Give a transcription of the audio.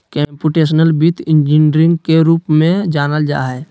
computational वित्त engineering के रूप में जानल जा हइ